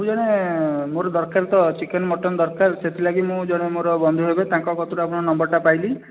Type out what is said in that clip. ମୁଁ ଜଣେ ମୋର ଦରକାର ତ ଚିକେନ ମଟନ ଦରକାର ସେଥିଲାଗି ମୁଁ ଜଣେ ମୋର ବନ୍ଧୁ ହେବେ ତାଙ୍କ କତିରୁ ଆପଣଙ୍କ ର ନମ୍ବରଟା ପାଇଲି